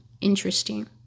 interesting